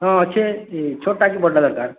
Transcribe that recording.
ହଁ ଅଛେ ଇ ଛୋଟ୍ଟା କି ବଡ଼ଟା ଦରକାର୍